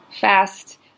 fast